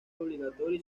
obligatorio